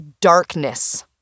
darkness